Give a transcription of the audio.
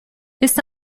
ist